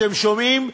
אתם שומעים?